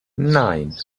nein